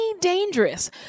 dangerous